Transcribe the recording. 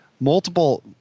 multiple